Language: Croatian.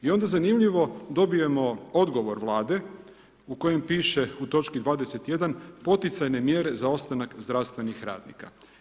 I onda zanimljivo, dobijemo odgovor Vlade u kojem piše u točki 21. poticajne mjere za ostanak zdravstvenih radnika.